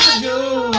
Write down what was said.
no